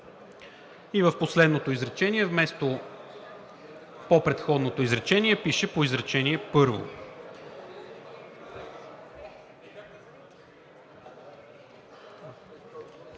В последното изречение вместо „в по-предходното изречение“ пише „по изречение първо“.